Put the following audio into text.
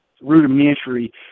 rudimentary